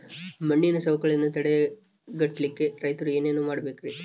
ಮಣ್ಣಿನ ಸವಕಳಿಯನ್ನ ತಡೆಗಟ್ಟಲಿಕ್ಕೆ ರೈತರು ಏನೇನು ಮಾಡಬೇಕರಿ?